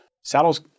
Saddles